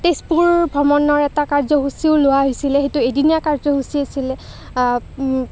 তেজপুৰ ভ্ৰমণৰ এটা কাৰ্য্য়সূচীও লোৱা হৈছিলে সেইটো এদিনীয়া কাৰ্যসূচী আছিলে